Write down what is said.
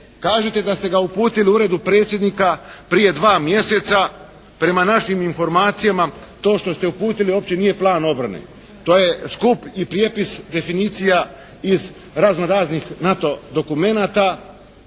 Kažete da ste ga uputili Uredu predsjednika prije dva mjeseca. Prema našim informacijama to što ste uputili uopće nije plan obrane. To je skup i prijepis definicija iz razno raznih NATO dokumenata